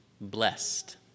blessed